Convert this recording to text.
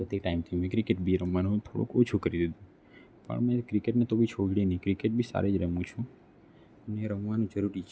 તે ટાઈમથી હું ક્રિકેટ બી રમવાનું થોડુંક ઓછું કરી દીધું પણ મેં ક્રિકેટને કદી છોડી નહીં ક્રિકેટ બી સારી જ રમું છું અને રમવાનું જરૂરી છે